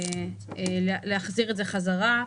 ונכון להחזיר את זה בחזרה.